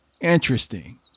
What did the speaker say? Interesting